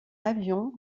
avion